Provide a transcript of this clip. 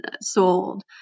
sold